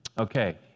okay